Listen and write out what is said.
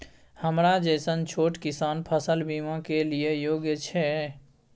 हमरा जैसन छोट किसान फसल बीमा के लिए योग्य छै?